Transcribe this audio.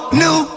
new